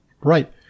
Right